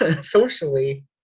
socially